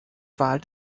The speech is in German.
wahl